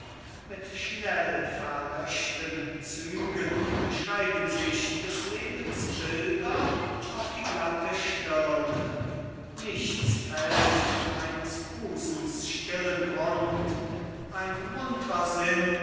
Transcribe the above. mit schnell verlöschten zügen schreiben sich des lebens bilder auf die glatte stirne nichts fällt in eines busens stillen grund ein